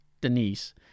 Denise